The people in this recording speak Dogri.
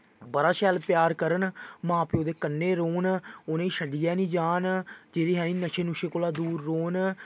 बड़ा शैल प्यार करन मां प्यो दे कन्नै रौह्न उ'नें छड्डियै निं जाह्न ते निं जानी नशे नुशे कोला दूर रौह्न